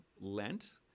Lent